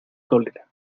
cólera